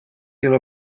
illo